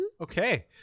okay